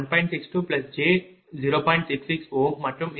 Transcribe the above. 66 மற்றும் Z32